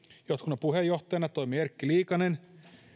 johtokunnan puheenjohtajana toimi erkki liikanen